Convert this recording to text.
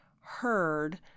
heard